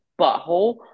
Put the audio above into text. butthole